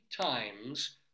Times